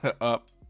up